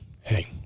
hey